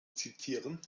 zitieren